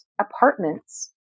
apartments